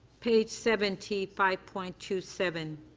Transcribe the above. page seven t five point two seven